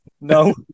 No